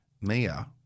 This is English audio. Mia